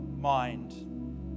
mind